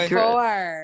four